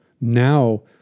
Now